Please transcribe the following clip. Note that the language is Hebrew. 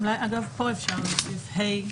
אולי כאן אפשר להוסיף פסקה (ה),